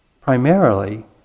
Primarily